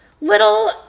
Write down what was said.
little